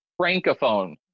Francophone